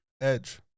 edge